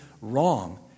wrong